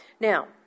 Now